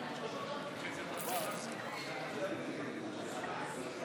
לוועדה שתקבע ועדת הכנסת נתקבלה.